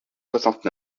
soixante